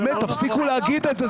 באמת, תפסיקו להגיד את זה.